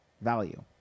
value